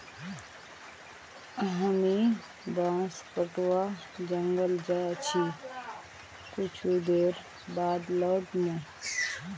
हामी बांस कटवा जंगल जा छि कुछू देर बाद लौट मु